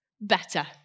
better